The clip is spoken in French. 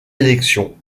élections